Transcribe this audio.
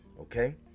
Okay